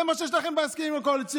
זה מה שיש לכם בהסכמים הקואליציוניים: